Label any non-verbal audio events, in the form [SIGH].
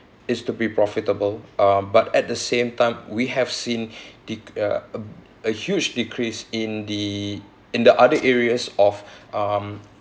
is to be profitable um but at the same time we have seen [BREATH] de~ uh a huge decrease in the in the other areas of um